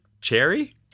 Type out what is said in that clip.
cherry